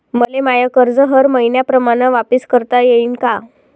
मले माय कर्ज हर मईन्याप्रमाणं वापिस करता येईन का?